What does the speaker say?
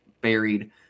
buried